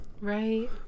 Right